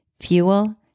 fuel